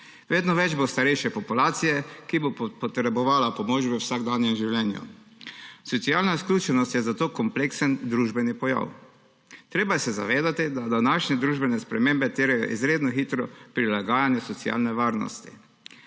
Vedno več bo starejše populacije, ki bo potrebovala pomoč v vsakdanjem življenju. Socialna izključenost je zato kompleksen družbeni pojav. Treba se je zavedati, da današnje družbene spremembe terjajo izredno hitro prilagajanje socialne varnosti.